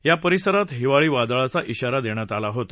या परिसरात हिवाळी वादळाचा शिवारा देण्यात आला होता